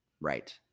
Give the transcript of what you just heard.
right